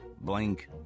blink